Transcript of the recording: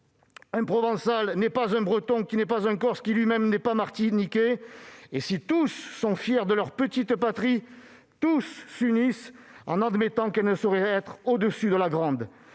Un Provençal n'est pas un Breton, qui n'est pas un Corse, qui lui-même n'est pas un Martiniquais. Si tous sont fiers de leur petite patrie, tous s'unissent en admettant qu'elle ne saurait être au-dessus de la grande.